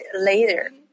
later